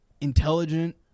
intelligent